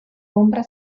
ombra